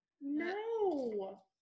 No